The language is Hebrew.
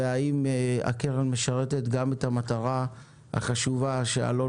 והאם הקרן משרתת גם את המטרה החשובה שאלון